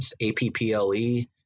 A-P-P-L-E